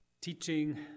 teaching